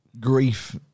grief